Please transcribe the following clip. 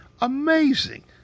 Amazing